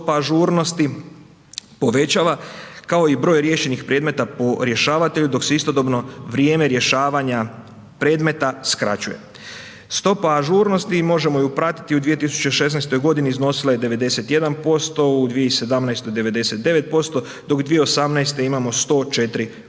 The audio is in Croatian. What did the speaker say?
stopa ažurnosti povećava kao i broj riješenih predmeta po rješavatelju dok se istodobno vrijeme rješavanja predmeta skraćuje. Stopa ažurnosti i možemo ju pratiti u 2016. godini iznosila je 91%, u 2017. 99%, dok 2018. imamo 104%.